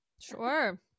sure